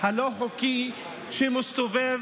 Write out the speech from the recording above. הלא-חוקי שמסתובב